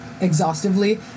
exhaustively